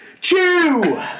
chew